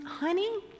honey